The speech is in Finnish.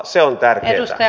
se on tärkeää